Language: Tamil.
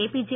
ஏபிஜே